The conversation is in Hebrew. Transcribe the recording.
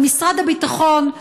אבל משרד הביטחון,